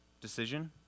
decision